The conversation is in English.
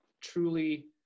truly